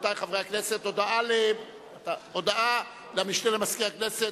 רבותי חברי הכנסת, הודעה למשנה למזכיר הכנסת.